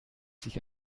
sich